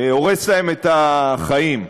הורס להם את החיים,